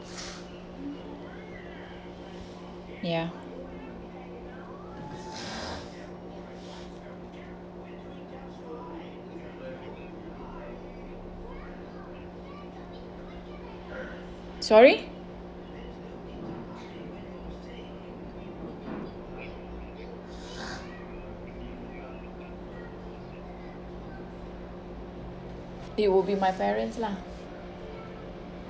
ya sorry they would be my parents lah